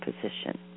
position